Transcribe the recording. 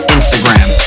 Instagram